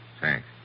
Thanks